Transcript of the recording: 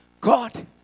God